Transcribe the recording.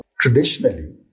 Traditionally